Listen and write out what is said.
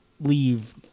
Leave